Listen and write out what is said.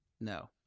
No